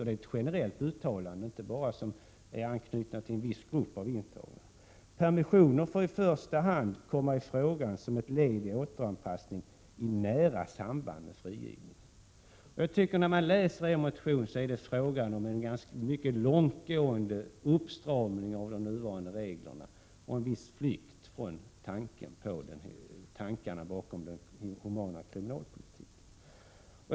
Det är ett generellt uttalande, inte något som är knutet till en viss grupp av de intagna. Permissioner får i första hand komma i fråga som ett led i återanpassning, i nära samband med frigivningen. När man läser er motion ser man att det är fråga om en mycket långtgående uppstramning av de nuvarande reglerna och en viss flykt från tankarna bakom den humana kriminalpolitiken.